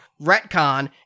retcon